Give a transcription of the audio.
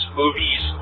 movies